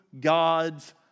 God's